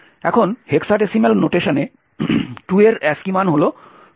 এখন হেক্সাডেসিমেল নোটেশনে 2 এর ASCII মান হল 32